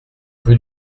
rue